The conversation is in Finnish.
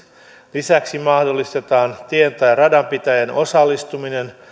lisäksi mahdollistetaan tien tai radanpitäjän osallistuminen